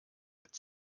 mit